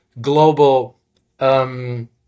global